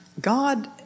God